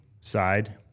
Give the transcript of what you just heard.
side